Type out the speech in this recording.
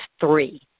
three